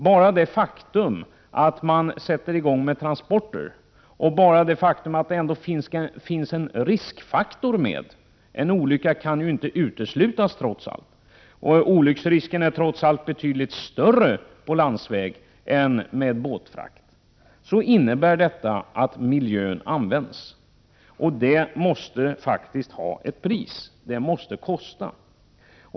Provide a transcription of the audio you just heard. Bara det faktum att man sätter i gång med landsvägstransporter och att det finns en riskfaktor med i bilden — en olycka kan ju inte uteslutas; olycksrisken är trots allt betydligt större på landsväg än vid båtfrakt — innebär att miljön används, och det måste faktiskt ha ett pris, det måste kosta.